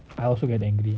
I also get the angry